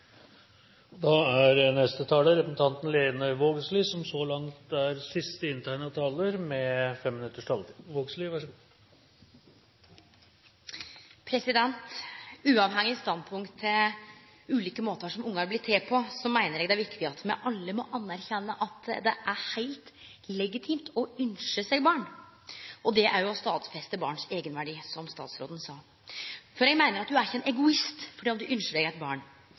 Uavhengig av standpunkt til ulike måtar som ungar blir til på, meiner eg det er viktig at me alle må akseptere at det er heilt legitimt å ynskje seg barn. Det er å stadfeste barns eigenverdi, som statsråden sa. Eg meiner at du er ikkje ein egoist om du ynskjer deg eit barn.